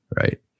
right